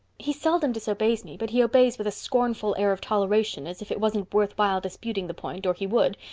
he seldom disobeys me but he obeys with a scornful air of toleration as if it wasn't worthwhile disputing the point or he would.